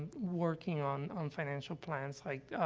working on on financial plans like,